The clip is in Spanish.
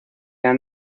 han